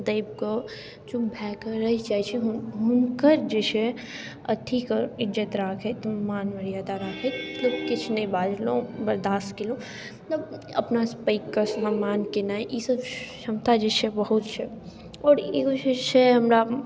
दबि कऽ चुप भए कऽ रहि जाइत छी हुनकर जे छै अथि कऽ ईज्जत राखैत मान मर्यादा राखैत मतलब किछु नहि बाजलहुँ बर्दास्त कयलहुँ मतलब अपनासँ पैघ कऽ सम्मान केनाइ ईसब छमता जे छै बहुत छै आओर एगो जे छै हमरामे